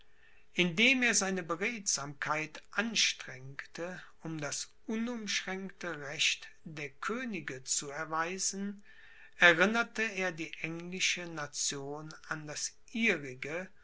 indem er seine beredsamkeit anstrengte um das unumschränkte recht der könige zu erweisen erinnerte er die englische nation an das ihrige